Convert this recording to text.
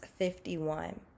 51